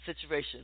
situation